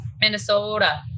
Minnesota